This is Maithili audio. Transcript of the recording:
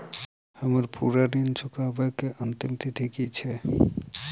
हम्मर पूरा ऋण चुकाबै केँ अंतिम तिथि की छै?